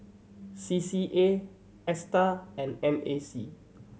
C C A Astar and N A C